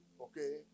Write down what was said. Okay